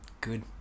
Good